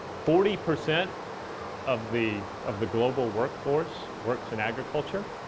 forty percent of the of the global workforce works in agriculture.